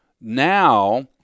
Now